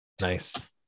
Nice